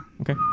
Okay